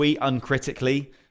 uncritically